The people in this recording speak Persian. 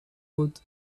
بود